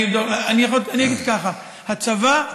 אני אגיד ככה: הצבא,